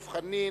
דב חנין,